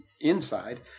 inside